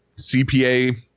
CPA